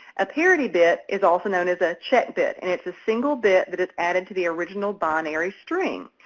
a parity bit is also known as a check bit and it's a single bit that is added to the original binary string.